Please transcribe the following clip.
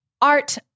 art